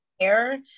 air